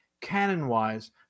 canon-wise